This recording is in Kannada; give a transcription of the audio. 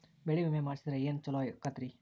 ಬೆಳಿ ವಿಮೆ ಮಾಡಿಸಿದ್ರ ಏನ್ ಛಲೋ ಆಕತ್ರಿ?